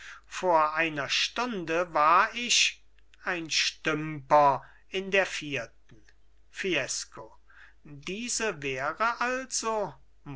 vor einer stunde war ich ein stümper in der vierten fiesco diese wäre also